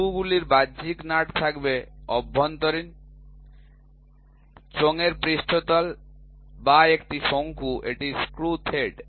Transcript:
স্ক্রুগুলির বাহ্যিক নাট থাকবে অভ্যন্তরীণ চোঙের পৃষ্ঠতল বা একটি শঙ্কু এটি স্ক্রু থ্রেড